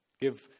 give